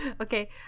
Okay